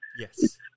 Yes